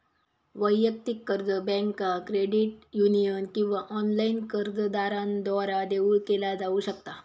वैयक्तिक कर्ज बँका, क्रेडिट युनियन किंवा ऑनलाइन कर्जदारांद्वारा देऊ केला जाऊ शकता